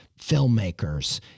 filmmakers